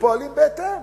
ופועלים בהתאם.